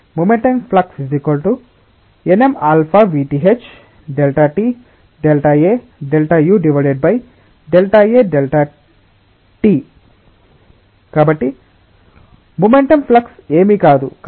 కాబట్టి momentum flux nmαvth∆t∆A∆u∆A∆t కాబట్టి momentum flux ఏమీ కాదు కాని nmαvthΔu